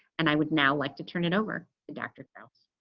and i would now like to turn it over to dr. draus.